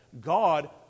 God